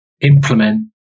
implement